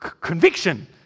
conviction